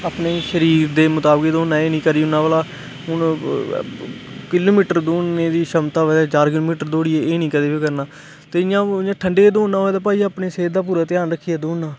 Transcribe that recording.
अपने शरीर दे मुताबक दौड़ना एह् निं करी ओड़ना भला हून किलोमीटर दौड़ने दी क्षमता होऐ ते चार किलोमीटर दौड़ी ए एह् निं कदें बी करना ते इ'यां ठंडे च दौड़ना होऐ ते भाई अपनी सेह्त दा पूरा ध्यान रक्खियै दौड़ना